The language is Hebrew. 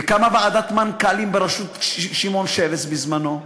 וקמה ועדת מנכ"לים בראשות שמעון שבס בזמנו,